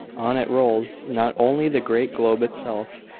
on it rolls not only the great globe itself,